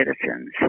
citizens